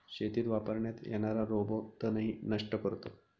शेतीत वापरण्यात येणारा रोबो तणही नष्ट करतो